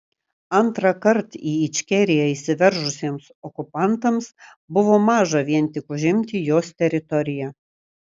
antrąkart į ičkeriją įsiveržusiems okupantams buvo maža vien tik užimti jos teritoriją